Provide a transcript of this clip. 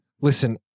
Listen